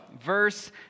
verse